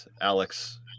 Alex